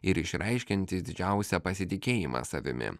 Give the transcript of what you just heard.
ir išreiškiantys didžiausią pasitikėjimą savimi